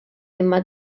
imma